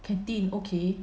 canteen okay